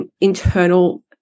internal